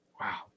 wow